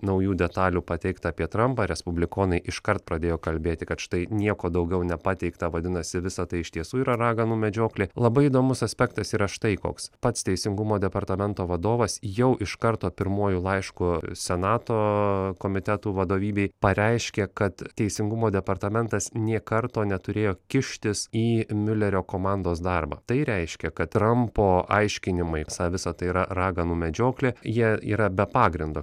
naujų detalių pateikt apie trampą respublikonai iškart pradėjo kalbėti kad štai nieko daugiau nepateikta vadinasi visa tai iš tiesų yra raganų medžioklė labai įdomus aspektas yra štai koks pats teisingumo departamento vadovas jau iš karto pirmuoju laišku senato komitetų vadovybei pareiškė kad teisingumo departamentas nė karto neturėjo kištis į miulerio komandos darbą tai reiškia kad trampo aiškinimai esą visa tai yra raganų medžioklė jie yra be pagrindo